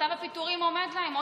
מכתב הפיטורים עומד להם.